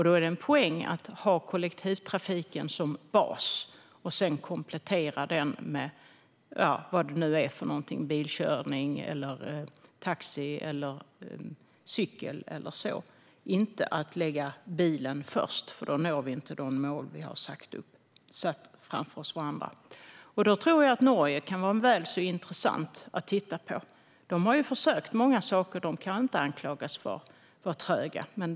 Då är det en poäng att ha kollektivtrafiken som bas och sedan kombinera den med något - bilkörning, taxi, cykel och så vidare - i stället för att lägga bilen först, för då når vi inte de mål vi har satt upp. Där tror jag att Norge kan vara väl så intressant att titta på. De har ju försökt många saker. De kan inte anklagas för att vara tröga.